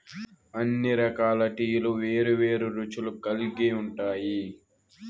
అన్ని రకాల టీలు వేరు వేరు రుచులు కల్గి ఉంటాయి